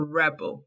rebel